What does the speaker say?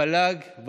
המל"ג,